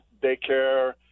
daycare